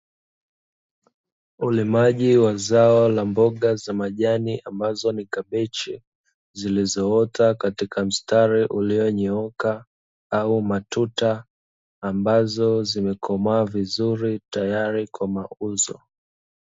Ulimaji wa zao la mboga za majani ambazo ni kabichi, zilizoota katika mstari uliyonyooka au matuta, ambazo zimekomaa vizuri tayari kwa mauzo.